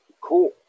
Cool